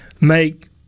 Make